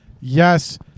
Yes